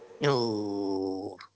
No